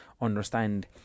understand